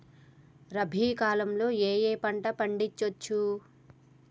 రబీ కాలంలో ఏ ఏ పంట పండించచ్చు?